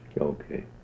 Okay